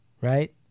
right